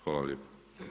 Hvala lijepo.